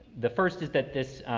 the first is that this,